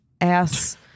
ass